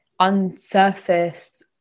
unsurfaced